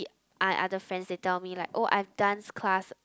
I other friends that tell me like oh I've dance class